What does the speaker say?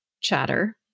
chatter